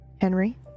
Henry